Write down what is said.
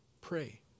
Pray